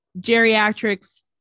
geriatrics